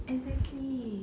exactly